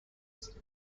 stems